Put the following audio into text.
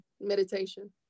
Meditation